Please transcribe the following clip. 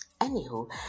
anywho